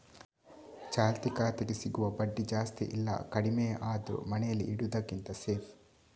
ಚಾಲ್ತಿ ಖಾತೆಗೆ ಸಿಗುವ ಬಡ್ಡಿ ಜಾಸ್ತಿ ಇಲ್ಲ ಕಡಿಮೆಯೇ ಆದ್ರೂ ಮನೇಲಿ ಇಡುದಕ್ಕಿಂತ ಸೇಫ್